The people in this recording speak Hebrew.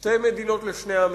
שתי מדינות לשני עמים.